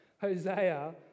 Hosea